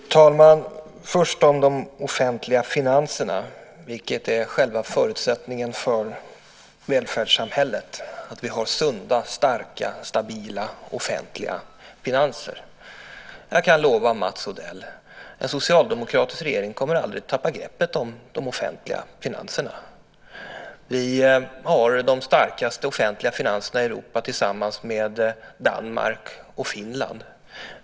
Fru talman! Låt mig först ta upp de offentliga finanserna. Själva förutsättningen för välfärdssamhället är ju att vi har sunda, starka, stabila offentliga finanser. Jag kan lova Mats Odell: En socialdemokratisk regering kommer aldrig att tappa greppet om de offentliga finanserna. Vi har de starkaste offentliga finanserna i Europa tillsammans med Danmark och Finland.